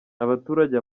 abaturage